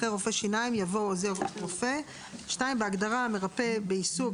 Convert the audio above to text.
אחרי "רופא שיניים" יבוא "עוזר רופא"; בהגדרה "מרפא בעיסוק",